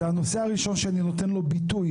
זה הנושא הראשון שאני נותן לו ביטוי,